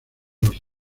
los